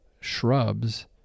shrubs